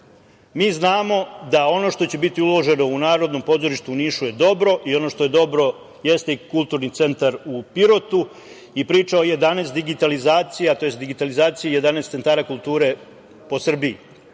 znamo da ono što će biti uloženo u Narodnom pozorištu u Nišu je dobro i ono što je dobro jeste i Kulturni centar u Pirotu i priča o 11 digitalizacija, tj. digitalizaciji 11 centara kulture po Srbiji.